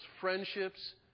friendships